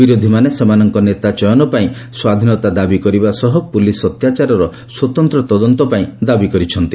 ବିରୋଧୀମାନେ ସେମାନଙ୍କ ନେତା ଚୟନ ପାଇଁ ସ୍ୱାଧୀନତା ଦାବି କରିବା ସହ ପୁଲିସ୍ ଅତ୍ୟାଚାରର ସ୍ୱତନ୍ତ୍ର ତଦନ୍ତ ପାଇଁ ଦାବି କରିଛନ୍ତି